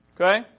Okay